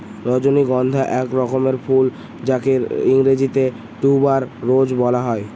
রজনীগন্ধা এক রকমের ফুল যাকে ইংরেজিতে টিউবার রোজ বলা হয়